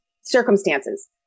circumstances